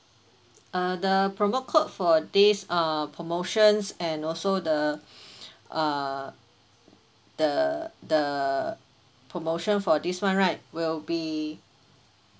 uh the promo code for this uh promotions and also the uh the the promotion for this [one] right will be